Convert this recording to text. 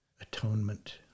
atonement